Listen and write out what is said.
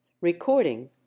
Recording